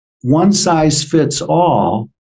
one-size-fits-all